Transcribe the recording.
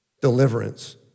deliverance